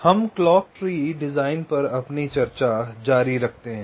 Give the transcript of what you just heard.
हम clock tree design पर अपनी चर्चा जारी रखते हैं